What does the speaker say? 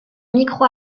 micro